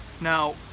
Now